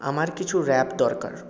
আমার কিছু র্যাপ দরকার